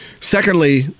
Secondly